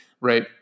right